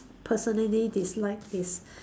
personally dislike is